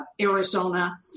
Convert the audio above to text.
Arizona